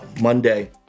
Monday